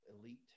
elite